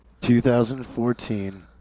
2014